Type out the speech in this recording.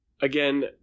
Again